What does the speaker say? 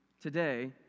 today